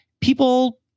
people